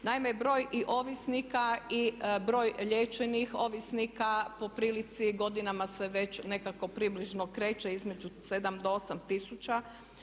Naime, broj i ovisnika i broj liječenih ovisnika po prilici godinama se već nekako približno kreće između 7 do 8